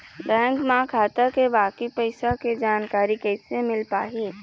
Bank म खाता के बाकी पैसा के जानकारी कैसे मिल पाही?